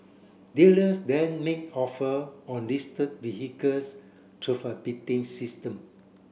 dealers then make offer on listed vehicles through a bidding system